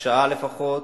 שעה לפחות,